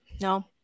No